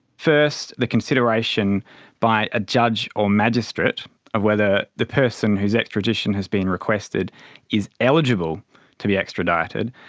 first, the consideration by a judge or magistrate of whether the person whose extradition has been requested is eligible to be extradited,